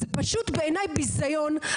זה פשוט בעיני ביזיון,